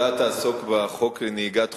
אתה תעסוק בחוק לנהיגת חופים,